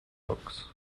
books